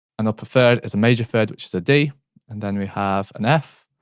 and up a third is a major third which is a d and then we have an f,